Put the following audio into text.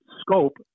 scope